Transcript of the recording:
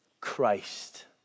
Christ